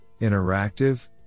Interactive